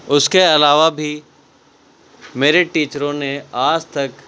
اس کے علاوہ بھی میرے ٹیچروں نے آج تک